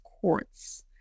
courts